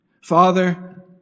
Father